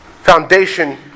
foundation